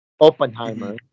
Oppenheimer